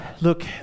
Look